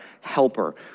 helper